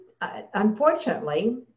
unfortunately